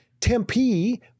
Tempe